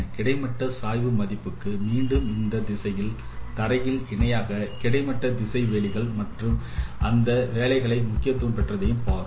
கிடைமட்ட சாய்வு மதிப்புக்கு மீண்டும் அந்த திசையில் தரையில் இணையாக கிடைமட்ட திசை வேலிகள் மற்றும் அந்த வேலைகள் முக்கியத்துவம் பெற்றதையும் பார்த்தோம்